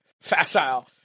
facile